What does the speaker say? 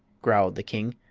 growled the king.